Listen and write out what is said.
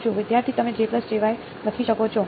વિદ્યાર્થી તમે લખી શકો છો